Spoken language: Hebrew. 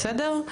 בסדר?